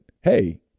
hey